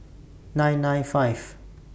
nine nine five